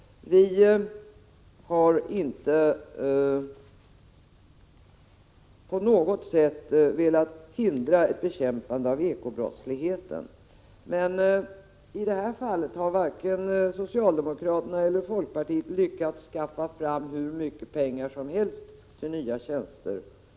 Vi har inte på något sätt velat hindra ett bekämpande av ekobrottsligheten, meni detta fall har varken socialdemokraterna eller folkpartiet lyckats skaffa fram hur mycket pengar som helst till nya tjänster.